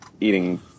eating